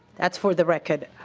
that's for the record.